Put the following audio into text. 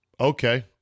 Okay